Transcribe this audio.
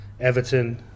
everton